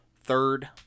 third